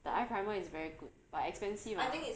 the eye primer is very good but expensive ah